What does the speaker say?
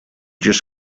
just